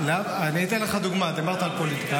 אני אתן לך דוגמה, דיברת על פוליטיקה.